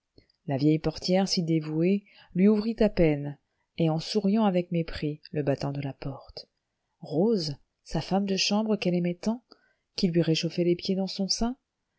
la vieille portière si dévouée lui ouvrit à peine et en souriant avec mépris le battant de la porte rose sa femme de chambre qu'elle aimait tant qui lui réchauffait les pieds dans son sein